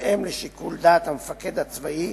בהתאם לשיקול דעת המפקד הצבאי,